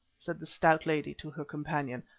said the stout lady to her companion,